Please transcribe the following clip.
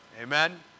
Amen